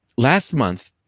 last month